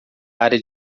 área